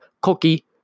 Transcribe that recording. Koki